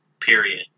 period